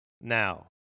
now